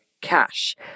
Cash